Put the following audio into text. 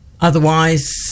Otherwise